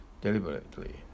deliberately